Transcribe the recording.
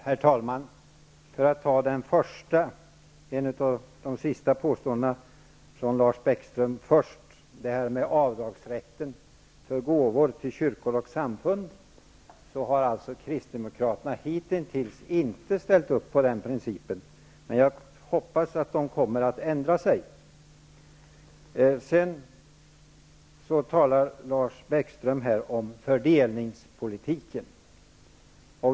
Herr talman! För att ta ett av de sista påståendena från Lars Bäckström först -- det som gäller avdragsrätt för gåvor till kyrkor och samfund -- vill jag säga att kristdemokraterna hittills inte har ställt upp för den principen, men jag hoppas att de kommer att ändra sig. Vidare talar Lars Bäckström om fördelningspolitiken.